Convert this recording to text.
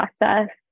process